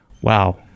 Wow